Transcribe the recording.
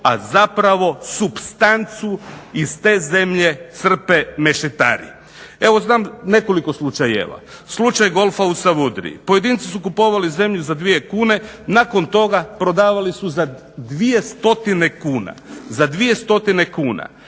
a zapravo supstancu iz te zemlje crpe mešetari. Evo znam nekoliko slučajeva. Slučaj golfa u Savudriji. Pojedinci su kupovali zemlju za dvije kune, nakon toga prodavali su za dvije stotine kuna. Pa nećete mi